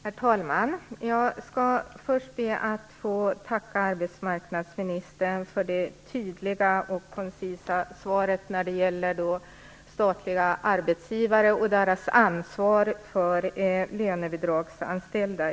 Herr talman! Jag skall först be att få tacka arbetsmarknadsministern för det tydliga och koncisa svaret när det gäller statliga arbetsgivare och deras ansvar för lönebidragsanställda.